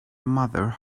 mother